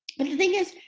but the thing is,